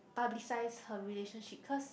publicize her relationship because